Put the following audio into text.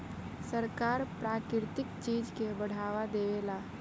सरकार प्राकृतिक चीज के बढ़ावा देवेला